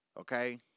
Okay